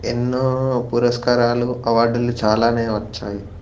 ఎన్నో పురస్కారాలు అవార్డులు చాలానే వచ్చాయి